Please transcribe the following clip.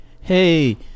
Hey